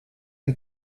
ein